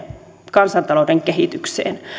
kansantalouden kehitykseen